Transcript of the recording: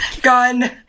Gun